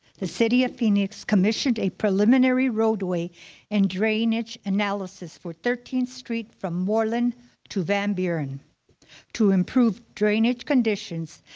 the city of phoenix commissioned a preliminary roadway and drainage analysis for thirteenth street from moreland to van buren to improve drainage conditions.